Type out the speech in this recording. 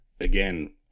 Again